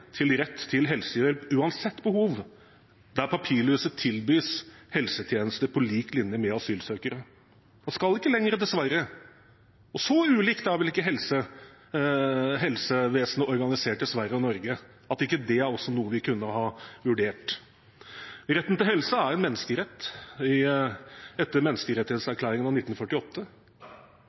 til rett til helsehjelp uansett behov, der papirløse tilbys helsetjenester på lik linje med asylsøkere. Man skal ikke lenger enn til Sverige. Så ulikt er vel ikke helsevesenet organisert i Sverige og i Norge at ikke det er noe vi kunne ha vurdert. Retten til helse er en menneskerett, etter menneskerettighetserklæringen av 1948.